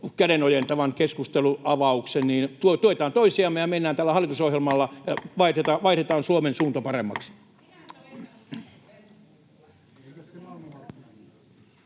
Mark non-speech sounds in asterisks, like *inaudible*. kädenojentavan keskustelunavauksen. Tuetaan toisiamme ja mennään tällä hallitusohjelmalla, *noise* vaihdetaan Suomen suunta paremmaksi.